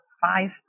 five